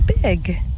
big